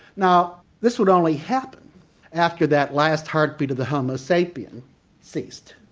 now this would only happen after that last heartbeat of the homo sapien ceased.